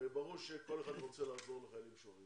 הרי ברור שכל אחד רוצה לעזור לחיילים המשוחררים